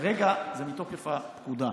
כרגע זה מתוקף פקודה,